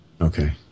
Okay